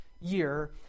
year